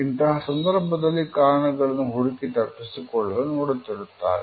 ಇಂತಹ ಸಂದರ್ಭದಲ್ಲಿ ಕಾರಣಗಳನ್ನು ಹುಡುಕಿ ತಪ್ಪಿಸಿಕೊಳ್ಳಲು ನೋಡುತ್ತಿರುತ್ತಾರೆ